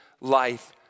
life